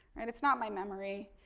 and it's not my memory,